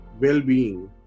well-being